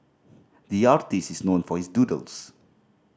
the artist is known for his doodles